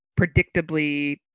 predictably